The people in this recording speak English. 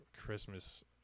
christmas